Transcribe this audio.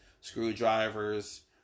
screwdrivers